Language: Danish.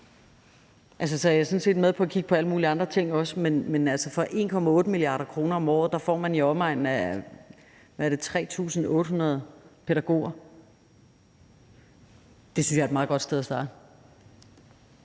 starte. Jeg er sådan set med på at kigge på alle mulige andre ting også, men for 1,8 mia. kr. om året får man i omegnen af 3.800 pædagoger, mener jeg. Det synes jeg er et meget godt sted at starte.